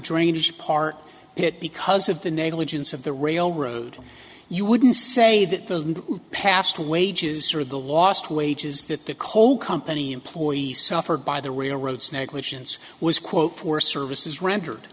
drainage part pit because of the negligence of the railroad you wouldn't say that the past wages or the lost wages that the coal company employee suffered by the railroads negligence was quote for services rendered